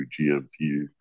GMP